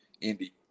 Indy